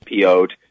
PO'd